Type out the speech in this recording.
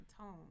tone